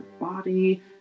body